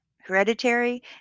hereditary